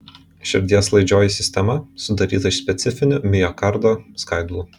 širdies laidžioji sistema sudaryta iš specifinių miokardo skaidulų